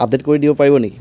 update কৰি দিব পাৰিব নেকি